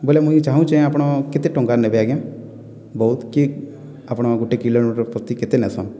ବୋଇଲେ ମୁଇଁ ଚାହୁଁଚେଁ ଆପଣ କେତେ ଟଙ୍କା ନେବେ ଆଜ୍ଞା ବହୁତ କି ଆପଣ ଗୋଟେ କିଲୋମିଟର ପ୍ରତି କେତେ ନେଇସନ୍